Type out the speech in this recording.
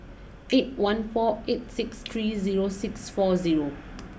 eight one four eight six three zero six four zero